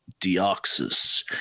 deoxys